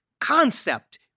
concept